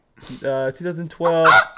2012